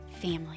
family